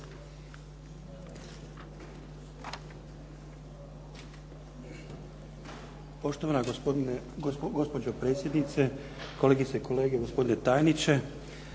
Poštovana gospođo potpredsjednice, kolegice i kolege, gospodine tajniče.